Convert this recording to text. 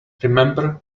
remember